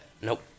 Nope